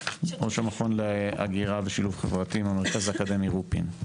ראש המכון להגירה ושילוב חברתי מהמרכז האקדמי רופין.